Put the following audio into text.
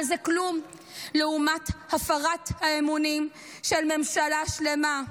אבל זה כלום לעומת הפרת האמונים של ממשלה שלמה,